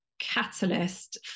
catalyst